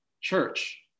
church